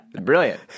Brilliant